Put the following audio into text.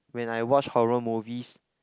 when I watch horror movies